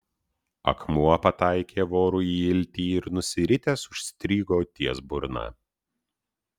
akmuo pataikė vorui į iltį ir nusiritęs užstrigo ties burna